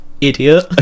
idiot